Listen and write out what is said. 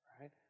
right